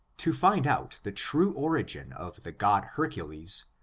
to find out the true origin of the god hercules,